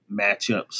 matchups